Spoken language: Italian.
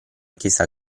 chiesa